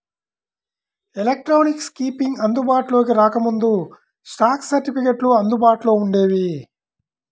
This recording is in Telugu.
ఎలక్ట్రానిక్ కీపింగ్ అందుబాటులోకి రాకముందు, స్టాక్ సర్టిఫికెట్లు అందుబాటులో వుండేవి